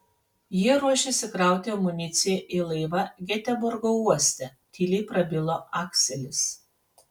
jie ruošėsi krauti amuniciją į laivą geteborgo uoste tyliai prabilo akselis